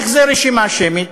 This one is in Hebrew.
איך זה רשימה שמית?